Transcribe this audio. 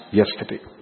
yesterday